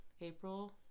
april